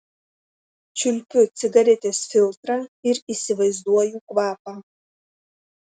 čiulpiu cigaretės filtrą ir įsivaizduoju kvapą